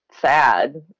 sad